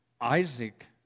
Isaac